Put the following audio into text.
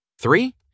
Three